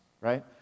right